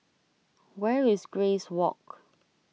where is Grace Walk